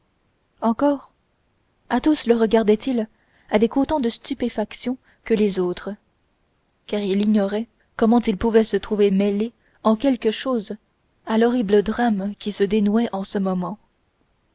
encore athos le regardait il avec autant de stupéfaction que les autres car il ignorait comment il pouvait se trouver mêlé en quelque chose à l'horrible drame qui se dénouait en ce moment